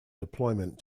deployment